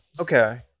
Okay